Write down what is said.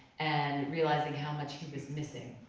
and realizing how much he was missing.